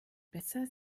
besser